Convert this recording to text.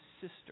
sister